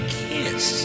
kiss